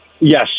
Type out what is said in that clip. Yes